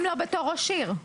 הם בתור ראש עיר,